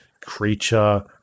creature